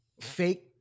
fake